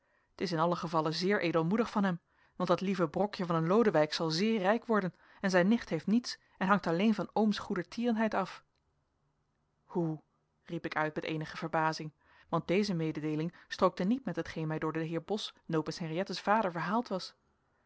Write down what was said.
t is in allen gevalle zeer edelmoedig van hem want dat lieve brokje van een lodewijk zal zeer rijk worden en zijn nicht heeft niets en hangt alleen van ooms goedertierenheid af hoe riep ik uit met eenige verbazing want deze mededeeling strookte niet met hetgeen mij door den heer bos nopens henriëttes vader verhaald was